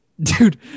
Dude